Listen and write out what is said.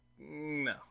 no